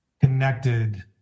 connected